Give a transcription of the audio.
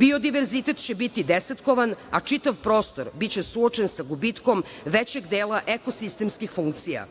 Biodiverzitet će biti desetkovan, a čitav prostor biće suočen sa gubitkom većeg dela ekosistemskih funkcija.